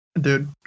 Dude